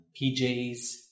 PJs